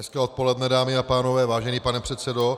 Hezké odpoledne, dámy a pánové, vážený pane předsedo.